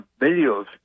videos